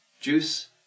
juice